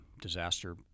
disaster